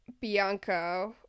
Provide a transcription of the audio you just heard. Bianca